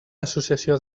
associació